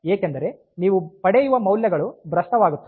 ಏಕೆಂದರೆ ನೀವು ಪಡೆಯುವ ಮೌಲ್ಯಗಳು ಭ್ರಷ್ಟವಾಗುತ್ತವೆ